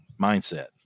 mindset